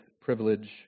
privilege